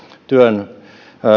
työn